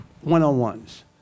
one-on-ones